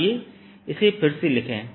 आइए इसे फिर से लिखें